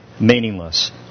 meaningless